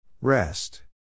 Rest